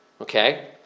okay